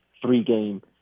three-game